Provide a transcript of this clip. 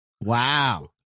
Wow